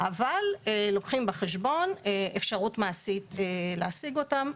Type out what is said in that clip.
אבל לוקחים בחשבון אפשרות מעשית להשיג אותם,